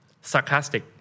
sarcastic